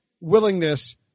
willingness